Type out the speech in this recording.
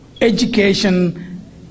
Education